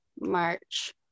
March